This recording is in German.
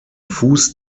fuß